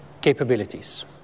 capabilities